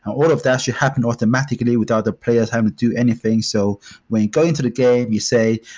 all of that should happen automatically without the players having to do anything. so when going to the game you say,